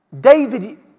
David